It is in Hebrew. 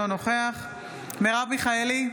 אינו נוכח מרב מיכאלי,